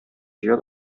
җыя